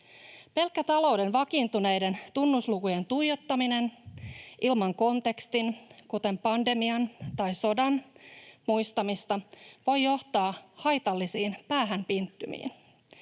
Pelkkä talouden vakiintuneiden tunnuslukujen tuijottaminen ilman kontekstin, kuten pandemian tai sodan, muistamista, voi johtaa haitallisiin päähänpinttymiin,